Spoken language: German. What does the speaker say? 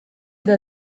der